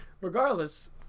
Regardless